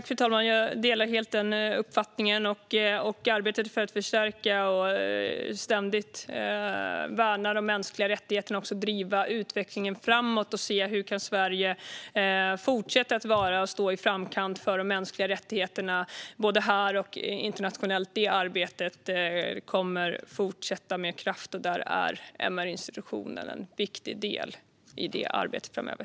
Fru talman! Jag delar helt den uppfattningen. Arbetet för att förstärka och ständigt värna de mänskliga rättigheterna och driva utvecklingen framåt och se hur Sverige kan fortsätta att vara i framkant i fråga om mänskliga rättigheter både här och internationellt kommer att fortsätta med kraft. MR-institutionen är en viktig del i det arbetet framöver.